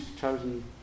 chosen